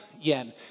yen